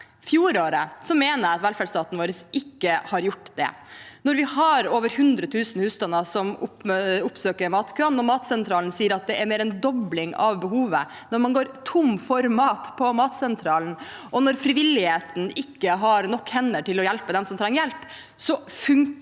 fjoråret, mener jeg at velferdsstaten vår ikke gjorde det. Når vi har over 100 000 husstander som oppsøker matkøer, når Matsentralen sier at det er mer enn dobling av behovet, når man går tom for mat på Matsentralen, og når frivilligheten ikke har nok hender til å hjelpe dem som trenger hjelp, så funker det